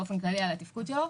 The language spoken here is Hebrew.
באופן כללי על התפקוד שלו.